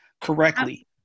correctly